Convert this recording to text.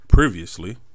Previously